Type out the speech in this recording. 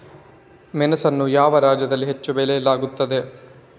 ಮೆಣಸನ್ನು ಯಾವ ರಾಜ್ಯದಲ್ಲಿ ಹೆಚ್ಚು ಬೆಳೆಯಲಾಗುತ್ತದೆ?